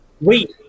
Wait